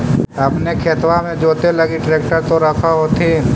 अपने खेतबा मे जोते लगी ट्रेक्टर तो रख होथिन?